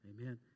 Amen